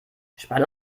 spanne